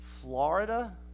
Florida